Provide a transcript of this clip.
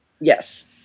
Yes